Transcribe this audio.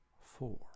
four